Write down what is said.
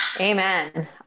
Amen